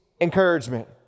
encouragement